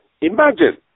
Imagine